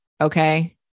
Okay